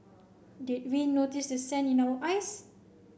did we notice the sand in our eyes